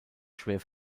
schwer